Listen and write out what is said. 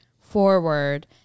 forward